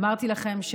אמרתי לכם,